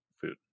food